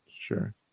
Sure